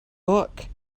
book